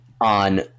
on